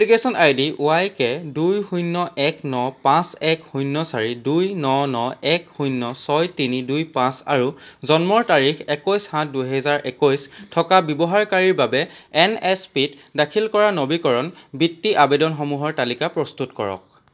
application ID Y K দুই শূণ্য এক ন পাঁচ এক শূণ্য চাৰি দুই ন ন এক শূণ্য ছয় তিনি দুই পাঁচ আৰু জন্মৰ তাৰিখ একৈছ সাত দুহেজাৰ একৈছ থকা ব্যৱহাৰকাৰীৰ বাবে এনএছপিত দাখিল কৰা নৱীকৰণ বৃত্তি আবেদনসমূহৰ তালিকা প্ৰস্তুত কৰক